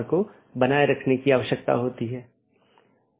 जिसे हम BGP speaker कहते हैं